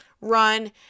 run